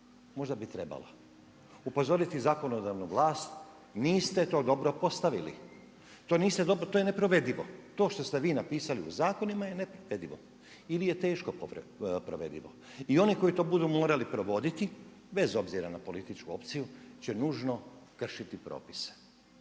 Možda bi trebala. Upozoriti zakonodavnu vlast niste to dobro postavili, to je neprovedivo. To što ste vi napisali u zakonima je nepovredivo ili je teško provedivo. I one koji to budu morali provoditi bez obzira na političku opciju će nužno kršiti propise.